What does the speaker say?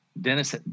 Dennis